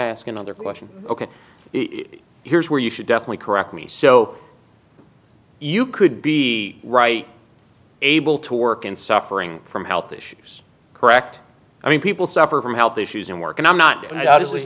ask another question ok here's where you should definitely correct me so you could be right able to work and suffering from health issues correct i mean people suffer from health issues in work and i'm not